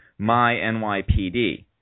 MyNYPD